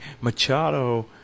Machado